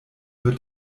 wird